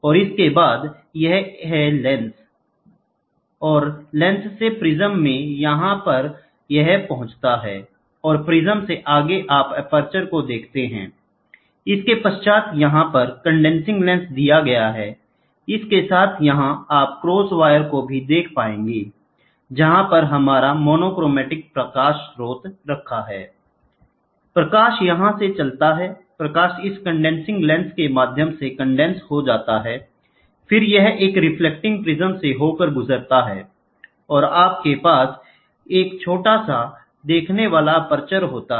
और इसके बाद यह है लेंस पर जाता है और लेंस से प्रिज्म में यहां पर यह पहुंचता है और प्रिज्म से आगे आप एपर्चर को देख सकते हैंI इसके पश्चात यहां पर कंडेंसिंग लेंस दिया गया है इसके साथ यहां आप क्रॉस वायर को भी देख पाएंगे जहां पर हमारा मोनोक्रोमेटिक प्रकाश स्रोत हैI प्रकाश यहाँ से चलता है प्रकाश इस कंडेंसिंग लेंस के माध्यम से कंडेंस हो जाता है फिर यह एक रिफ्लेक्टिंग प्रिज़्म से होकर गुज़रता है फिर आपके पास एक छोटा सा देखने वाला एपर्चर होता है